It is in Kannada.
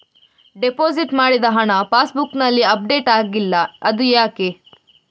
ಡೆಪೋಸಿಟ್ ಮಾಡಿದ ಹಣ ಪಾಸ್ ಬುಕ್ನಲ್ಲಿ ಅಪ್ಡೇಟ್ ಆಗಿಲ್ಲ ಅದು ಯಾಕೆ?